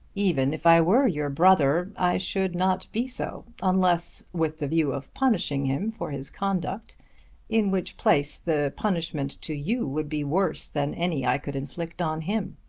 even if i were your brother i should not be so unless with the view of punishing him for his conduct in which place the punishment to you would be worse than any i could inflict on him.